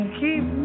keep